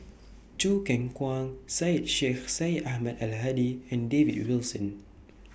Choo Keng Kwang Syed Sheikh Syed Ahmad Al Hadi and David Wilson